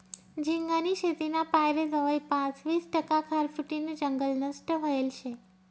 झिंगानी शेतीना पायरे जवयपास वीस टक्का खारफुटीनं जंगल नष्ट व्हयेल शे